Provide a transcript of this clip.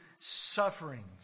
sufferings